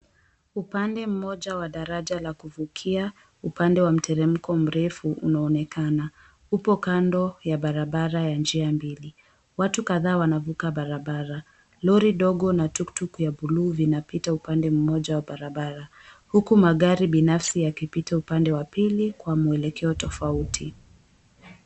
Upande mmoja wa daraja la kuvukia, upande wa mteremko mrefu unaonekana. Upo kando ya barabara ya njia mbili. Watu kadhaa wanavuka barabara. Lori dogo na tuktuk ya buluu inapita upande mmoja wa barabara, huku magari binafsi yakipita upande wa pili kwa mwelekeo tofauti.